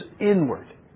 inward